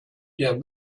der